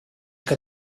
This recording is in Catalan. que